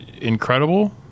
incredible